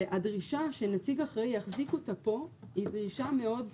והדרישה שנציג אחראי יחזיק אותה פה היא דרישה מאוד,